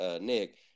Nick